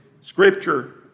Scripture